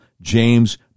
James